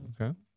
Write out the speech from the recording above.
Okay